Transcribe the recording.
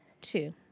two